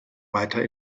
weiter